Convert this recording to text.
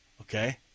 okay